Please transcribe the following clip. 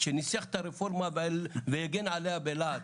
שניסח את הרפורמה והגן עליה בלהט.